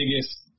biggest